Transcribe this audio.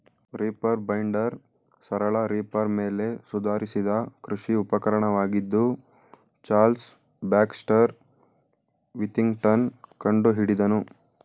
reaper binder ಸರಳ reaper ಮೇಲೆ ಸುಧಾರಿಸಿದ ಕೃಷಿ ಉಪಕರಣವಾಗಿದ್ದು ಚಾರ್ಲ್ಸ್ ಬ್ಯಾಕ್ಸ್ಟರ್ ವಿಥಿಂಗ್ಟನ್ ಕಂಡುಹಿಡಿದನು